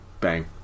bang